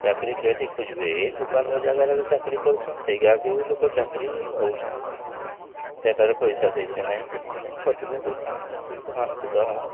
ଚାକିରି କେଠି ଖୋଜିବେ ଏଇ ଦୋକାନ ବଜାର୍ ରା'କେ ଚାକିରି କରୁଛନ୍ ସେଇଗା'କେ ବି ଲୋକ ଚାକିରି ଭାବୁଛନ୍ ସେଠାରେ ପଇସା ଦେଇଥିଲେ ନାହିଁ କିଛି ନାହିଁ ଖଟିବ ପଇସା ନବ ମାସକୁ ଦର୍ମା